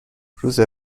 روز